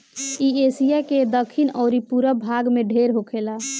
इ एशिया के दखिन अउरी पूरब भाग में ढेर होखेला